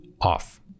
off